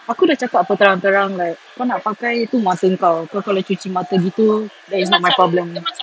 aku dah cakap apa terang-terang like kau nak pakai itu masa~ kau kau kalau cuci mata gitu then it's not my problem